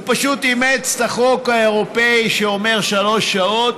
הוא פשוט אימץ את החוק האירופי שאומר שלוש שעות,